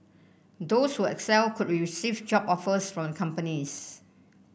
those who excel could receive job offers from the companies